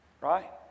Right